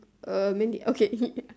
uh mean the okay